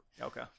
Okay